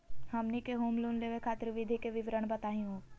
हमनी के home loan लेवे खातीर विधि के विवरण बताही हो?